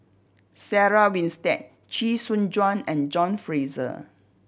Sarah Winstedt Chee Soon Juan and John Fraser